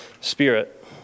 spirit